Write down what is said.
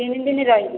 ତିନି ଦିନ ରହିବି